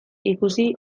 ikusi